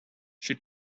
she